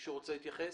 מישהו רוצה להתייחס?